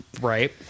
Right